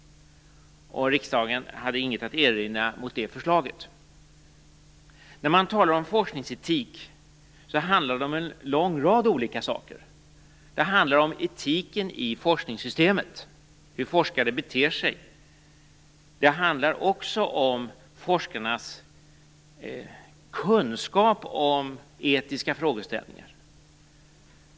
Riksdagen hade inte något att erinra mot det förslaget. När man talar om forskningsetik handlar det om en lång rad olika saker. Det handlar om etiken i forskningssystemet, hur forskare beter sig. Det handlar också om forskarnas kunskap om etiska frågeställningar.